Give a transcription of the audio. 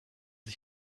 man